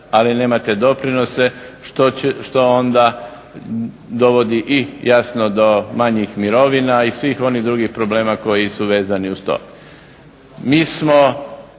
ali nemate doprinose što onda dovodi jasno do manjih mirovina i svih onih drugih problema koji su vezani uz to.